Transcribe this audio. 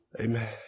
Amen